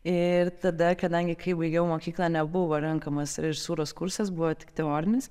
ir tada kadangi kai baigiau mokyklą nebuvo renkamas režisūros kursas buvo tik teorinis